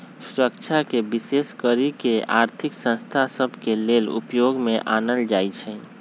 सुरक्षाके विशेष कऽ के आर्थिक संस्था सभ के लेले उपयोग में आनल जाइ छइ